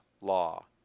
law